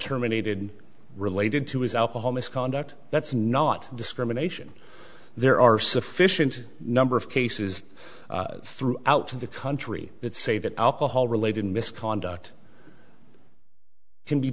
terminated related to his alcohol misconduct that's not discrimination there are sufficient number of cases throughout the country that say that alcohol related misconduct can be